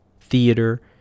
theater